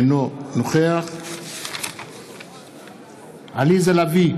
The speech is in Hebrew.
אינו נוכח עליזה לביא,